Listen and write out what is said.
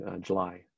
July